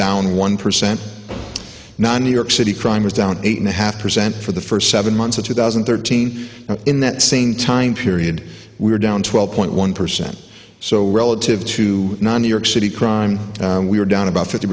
down one percent now in new york city crime is down eight and a half percent for the first seven months of two thousand and thirteen in that same time period we're down twelve point one percent so relative to new york city crime we're down about fifty